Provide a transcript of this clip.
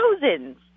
Thousands